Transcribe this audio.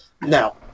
now